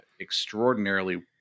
extraordinarily